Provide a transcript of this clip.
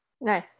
Nice